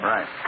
Right